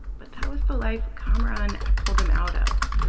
but that was the life kamaran had pulled him out of.